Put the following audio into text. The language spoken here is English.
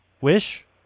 Wish